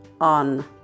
on